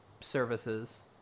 services